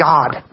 God